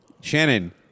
Shannon